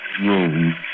room